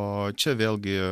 o čia vėlgi